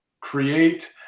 create